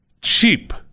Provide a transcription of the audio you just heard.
Cheap